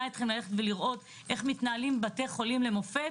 אתכם ללכת ולראות איך מתנהלים בתי חולים למופת,